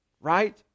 Right